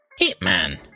Hitman